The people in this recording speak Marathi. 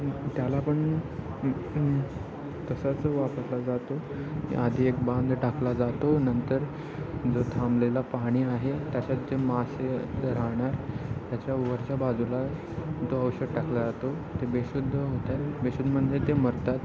आणि त्याला पण तसाच वापरला जातो की आधी एक बांध टाकला जातो नंतर जो थांबलेला पाणी आहे त्याच्यात जे मासे राहणार त्याच्या वरच्या बाजूला तो औषध टाकला जातो ते बेशुद्ध होतात बेशुद्ध म्हणजे ते मरतात